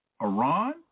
Iran